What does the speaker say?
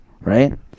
Right